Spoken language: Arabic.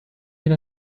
إلى